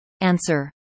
Answer